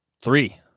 three